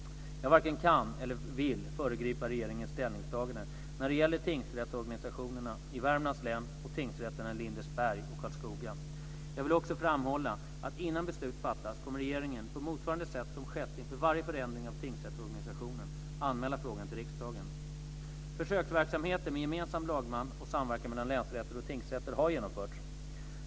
Jag varken kan eller vill föregripa regeringens ställningstagande när det gäller tingsrättsorganisationen i Värmlands län och tingsrätterna i Lindesberg och Karlskoga. Jag vill också framhålla att innan beslut fattas kommer regeringen, på motsvarande sätt som skett inför varje förändring av tingsrättsorganisationen, att anmäla frågan till riksdagen. Försöksverksamheter med gemensam lagman och samverkan mellan länsrätter och tingsrätter har genomförts.